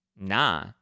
nah